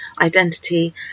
identity